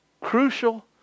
crucial